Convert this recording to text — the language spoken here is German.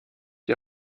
die